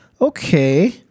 okay